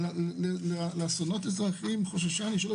לאסונות אזרחיים חוששני שלא.